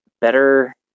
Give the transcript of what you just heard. better